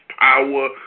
power